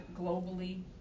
globally